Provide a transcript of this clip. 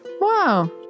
Wow